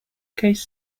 ghost